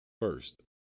first